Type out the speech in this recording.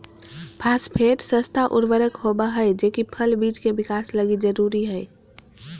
phosphate सस्ता उर्वरक होबा हइ जे कि फल बिज के विकास लगी जरूरी हइ